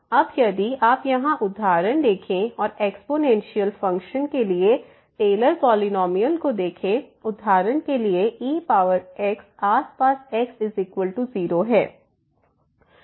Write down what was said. अब यदि आप यहां उदाहरण देखें और एक्स्पोनेंशियल फंक्शन के लिए टेलर पॉलिनॉमियल को देखें उदाहरण के लिए ex आस पास x0